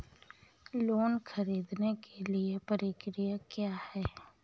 Loan ख़रीदने के लिए प्रक्रिया क्या है?